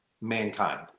mankind